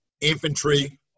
infantry